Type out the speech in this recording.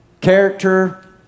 character